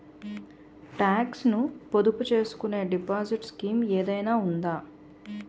Talks ను పొదుపు చేసుకునే డిపాజిట్ స్కీం ఏదైనా ఉందా?